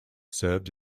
served